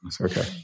Okay